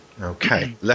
Okay